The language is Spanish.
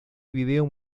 video